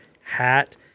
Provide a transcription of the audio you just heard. hat